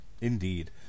Indeed